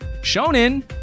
Shonen